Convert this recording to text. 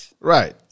Right